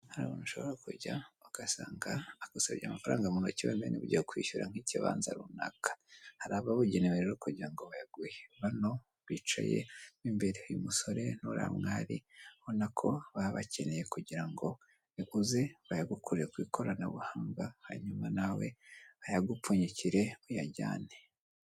Hari ahantu ushobora kujya ugasanga agasabyebi amafaranga muntoki wenda niba ugiye kwishyura nk'ikibanza runaka, hari ababugenewe rero kugira ngo bayaguyehe bano bicaye mo imbere, uyu musore nuriyamwari ubona ko babakeneye kugira ngo ikuze bayagukure ku ikoranabuhanga hanyuma nawe ayagupfunyikire uyajyane.